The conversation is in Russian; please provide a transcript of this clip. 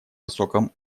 высоком